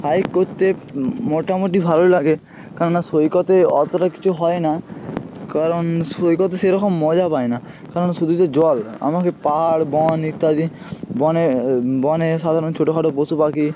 hike করতে মোটামুটি ভালো লাগে কেননা সৈকতে অতটা কিছু হয় না কারণ সৈকতে সেরকম মজা পাই না কারণ শুধু তো জল এমনকী পাহাড় বন ইত্যাদি বনে বনে সাধারণ ছোটখাটো পশু পাখি